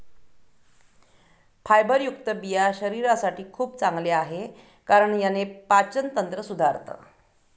फायबरयुक्त बिया शरीरासाठी खूप चांगल्या आहे, कारण याने पाचन तंत्र सुधारतं